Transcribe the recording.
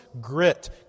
grit